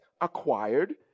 acquired